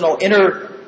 inner